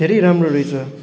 धेरै राम्रो रहेछ